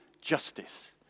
justice